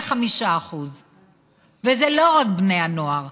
45%. זה לא רק בני הנוער,